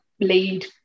lead